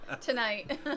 tonight